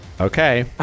Okay